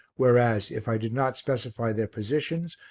whereas, if i did not specify their positions,